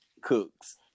Cooks